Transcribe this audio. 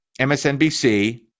MSNBC